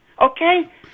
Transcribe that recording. okay